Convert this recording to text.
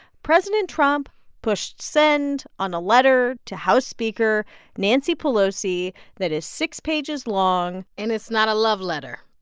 president trump pushed send on a letter to house speaker nancy pelosi that is six pages long and it's not a love letter